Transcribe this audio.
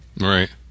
Right